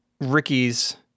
Ricky's